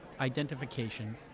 identification